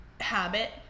habit